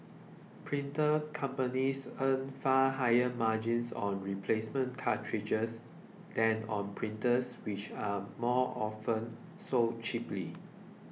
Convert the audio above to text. printer companies earn far higher margins on replacement cartridges than on printers which are often sold cheaply